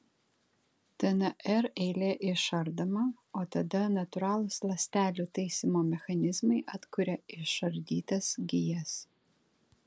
dnr eilė išardoma o tada natūralūs ląstelių taisymo mechanizmai atkuria išardytas gijas